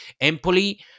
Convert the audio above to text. Empoli